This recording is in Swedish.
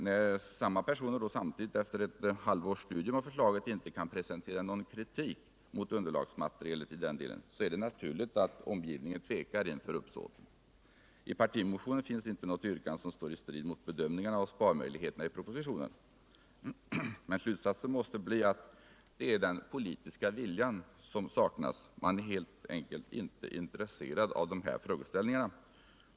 När samma personer samtidigt efter ett halvårs studium av förslagen inte kan presentera någon kritik mot underlagsmaterialet i den delen, är det naturligt att omgivningen tvekar inför uppsåtet. I partimotionen finns inte något yrkande som står i strid med de bedömningar av sparmöjligheterna som görs i propositionen. Slutsatsen måste bli att det är den politiska viljan som saknas — man är helt enkelt inte intresserad av de här frågeställningarna.